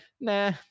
nah